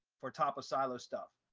for top of silo stuff,